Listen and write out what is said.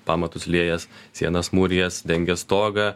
pamatus liejęs sienas mūrijęs dengęs stogą